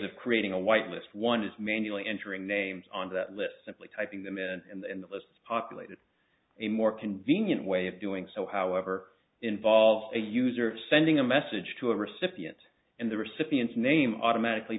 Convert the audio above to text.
of creating a white list one is manually entering names on that list simply typing them in and the list populated a more convenient way of doing so however involved a user sending a message to a recipient and the recipients name automatically